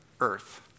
earth